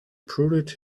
prodded